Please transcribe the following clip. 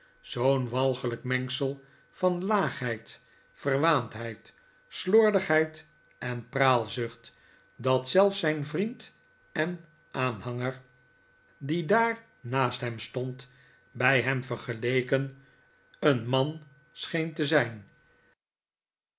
zoo'n walgelijk mengsel van laagheid verwaandheid slordigheid en praalzucht dat zelfs zijn vriend en aanhanger maarten chuzzlewit die daar naast hem stond bij hem vergeleken een man scheen te zijn